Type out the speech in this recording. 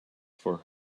for